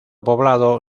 poblado